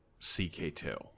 ck2